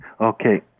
Okay